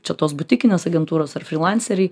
čia tos butikinės agentūros ar frilanceriai